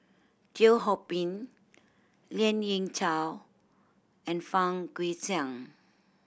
Teo Ho Pin Lien Ying Chow and Fang Guixiang